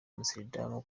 amsterdam